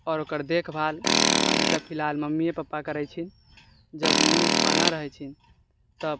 आओर ओकर देख भाल अभी तऽ फिलहाल मम्मीए पप्पा करैत छै जब मम्मी पप्पा नहि रहैत छै तब